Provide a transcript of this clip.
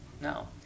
no